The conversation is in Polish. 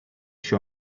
się